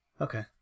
okay